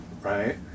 Right